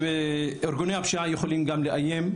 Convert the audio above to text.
שארגוני הפשיעה יכולים גם לאיים,